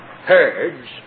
herds